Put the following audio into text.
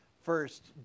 first